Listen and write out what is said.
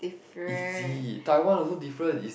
is it Taiwan also different is